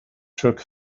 took